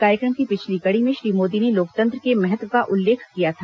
कार्यक्रम की पिछली कड़ी में श्री मोदी ने लोकतंत्र के महत्व का उल्लेख किया था